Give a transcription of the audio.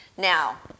Now